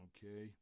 Okay